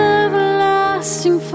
everlasting